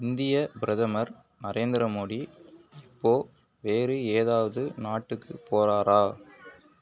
இந்திய பிரதமர் நரேந்திர மோடி இப்போது வேறு ஏதாவது நாட்டுக்கு போகிறாரா